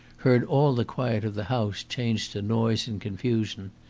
heard all the quiet of the house change to noise and confusion.